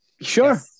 sure